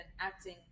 acting